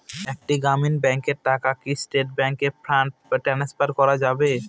একটি গ্রামীণ ব্যাংকের টাকা কি স্টেট ব্যাংকে ফান্ড ট্রান্সফার করা যাবে?